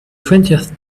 twentieth